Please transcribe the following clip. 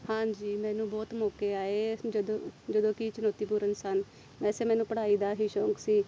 ਹਾਂਜੀ ਮੈਨੂੰ ਬਹੁਤ ਮੌਕੇ ਆਏ ਜਦੋਂ ਜਦੋਂ ਕਿ ਚੁਣੌਤੀਪੂਰਨ ਸਨ ਵੈਸੇ ਮੈਨੂੰ ਪੜ੍ਹਾਈ ਦਾ ਹੀ ਸ਼ੌਂਕ ਸੀ